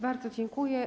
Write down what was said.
Bardzo dziękuję.